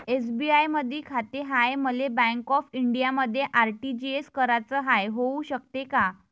SBI मधी खाते हाय, मले बँक ऑफ इंडियामध्ये आर.टी.जी.एस कराच हाय, होऊ शकते का?